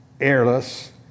airless